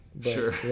sure